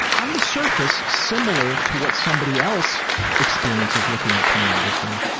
on the surface, similar to what somebody else experiences looking at pornography,